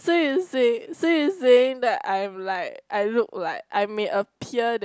so you say so you saying that I'm like I look like I may appear